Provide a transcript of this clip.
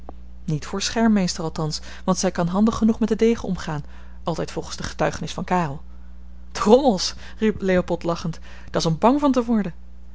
niet voor schermmeester althans want zij kan handig genoeg met den degen omgaan altijd volgens de getuigenis van karel drommels riep leopold lachend dat's om bang van te worden